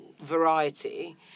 variety